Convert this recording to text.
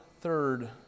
third